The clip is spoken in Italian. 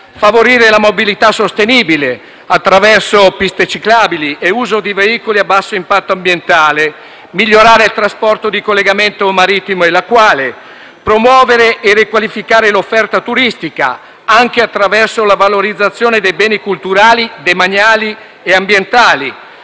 favorire la mobilità sostenibile, attraverso piste ciclabili e uso di veicoli a basso impatto ambientale; migliorare il trasporto di collegamento marittimo e lacuale; promuovere e riqualificare l'offerta turistica, anche attraverso la valorizzazione dei beni culturali, demaniali e ambientali;